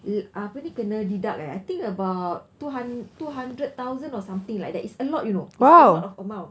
uh apa ni kenapa deduct eh I think about two hund~ two hundred thousand or something like that it's a lot you know it's a lot of amount